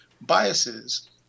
biases